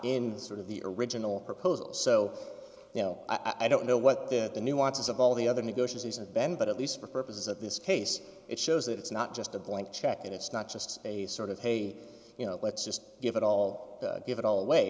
the sort of the original proposal so you know i don't know what they're the nuances of all the other negotiations and ben but at least for purposes of this case it shows that it's not just a blank check and it's not just a sort of hey you know let's just give it all give it all away